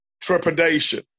trepidation